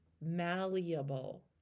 malleable